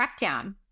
crackdown